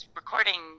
recording